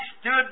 stood